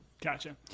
Gotcha